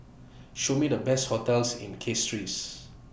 Show Me The Best hotels in Castries